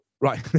right